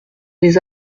des